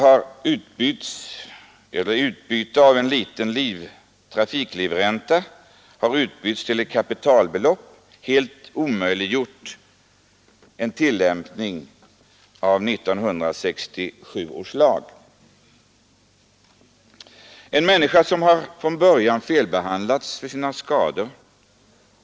Att en låg trafiklivränta utbyttes mot ett kapitalbelopp har helt omöjliggjort en tillämpning av 1967 års lag om tillägg till vissa trafiklivräntor. Det gäller här en person som från början hade felbehandlats för sina skador.